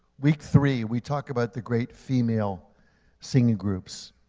week three we talk about the great female singing groups.